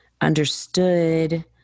understood